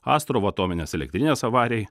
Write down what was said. astravo atominės elektrinės avarijai